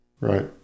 Right